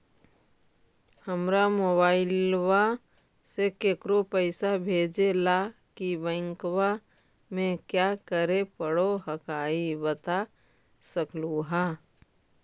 हमरा मोबाइलवा से केकरो पैसा भेजे ला की बैंकवा में क्या करे परो हकाई बता सकलुहा?